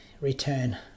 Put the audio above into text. return